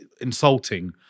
insulting